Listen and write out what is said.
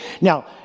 now